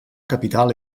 capital